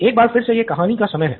एक बार फिर से यह कहानी का समय है